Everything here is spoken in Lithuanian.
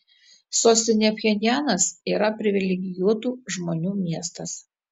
sostinė pchenjanas yra privilegijuotų žmonių miestas